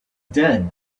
dead